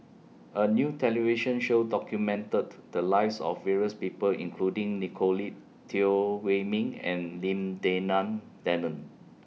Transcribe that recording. A New television Show documented The Lives of various People including Nicolette Teo Wei Min and Lim Denan Denon